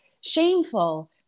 shameful